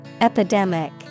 Epidemic